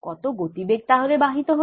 কত গতিবেগ তাহলে বাহিত হল